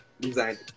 design